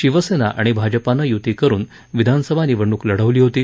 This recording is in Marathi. शिवसेना आणि भाजपानं यूती करुन विधानसभा निवडणूक लढली होती